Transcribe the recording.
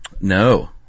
No